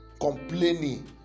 complaining